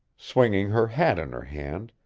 swinging her hat in her hand,